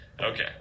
Okay